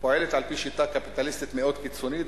פועלת לפי שיטה קפיטליסטית מאוד קיצונית,